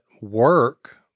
work